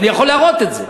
אני יכול להראות את זה.